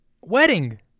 wedding